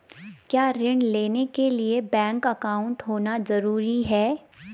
क्या ऋण लेने के लिए बैंक अकाउंट होना ज़रूरी है?